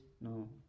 No